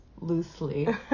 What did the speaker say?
loosely